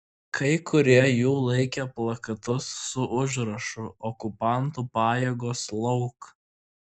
kai kurie jų laikė plakatus su užrašu okupantų pajėgos lauk